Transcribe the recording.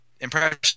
impression